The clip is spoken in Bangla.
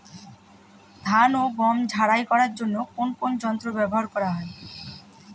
ধান ও গম ঝারাই করার জন্য কোন কোন যন্ত্র ব্যাবহার করা হয়?